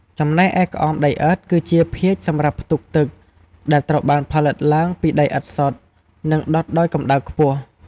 ចំណែកឯក្អមដីឥដ្ឋ គឺជាភាជន៍សម្រាប់ផ្ទុកទឹក ដែលត្រូវបានផលិតឡើងពីដីឥដ្ឋសុទ្ធ និងដុតដោយកម្ដៅខ្ពស់។